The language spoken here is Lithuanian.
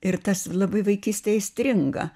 ir tas labai vaikystėj įstringa